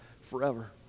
forever